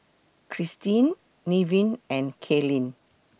Christine Nevin and Kaylyn